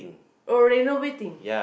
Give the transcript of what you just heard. oh renovating